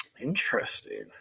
Interesting